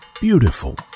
beautiful